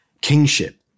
kingship